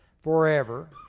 forever